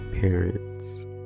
parents